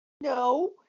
No